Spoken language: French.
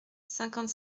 cinquante